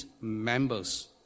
members